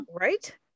Right